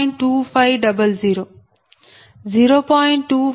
2500 0